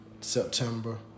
September